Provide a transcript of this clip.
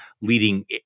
leading